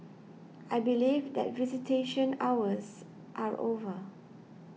I believe that visitation hours are over